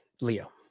Leo